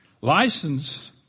License